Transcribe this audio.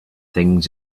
things